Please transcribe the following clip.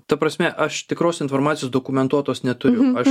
ta prasme aš tikros informacijos dokumentuotos neturiu aš